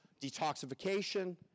detoxification